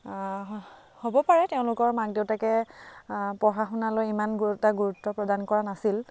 হ'ব পাৰে তেওঁলোকৰ মাক দেউতাকে পঢ়া শুনালৈ ইমান এটা গুৰুত্ব প্ৰদান কৰা নাছিল